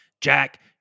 Jack